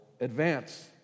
advance